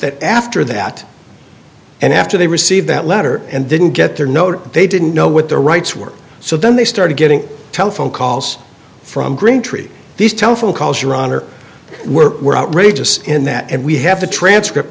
that after that and after they received that letter and didn't get their note they didn't know what their rights were so then they started getting telephone calls from greentree these telephone calls your honor were outrageous in that and we have the